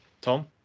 Tom